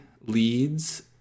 leads